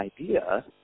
idea